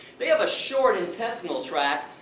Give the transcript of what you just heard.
they have a short intestinal tract,